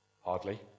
Hardly